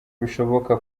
bishoboka